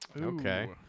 Okay